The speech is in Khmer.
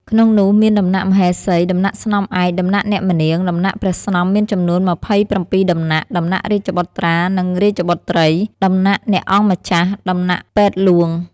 ក្នុងនោះមានដំណាក់មហេសី ដំណាក់សំ្នឯក ដំណាក់អ្នកម្នាង ដំណាក់ព្រះស្នំមានចំនួន ២៧ដំណាក់ ដំណាក់រាជបុត្រា-រាជបុត្រី ដំណាក់អ្នកអង្គម្ចាស់ ដំណាក់ពេទ្យហ្លួង ។